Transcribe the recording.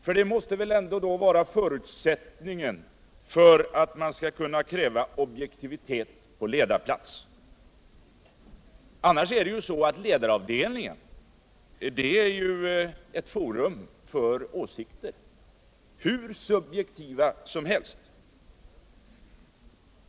För det måste vil vara förutsättningen för att man skall kunna kräva objektivitet på ledarplats. Annars är ju ledaravdelningen ett forum för åsikter. hur subjektiva som helst.